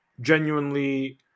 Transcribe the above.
genuinely